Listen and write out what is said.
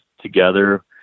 together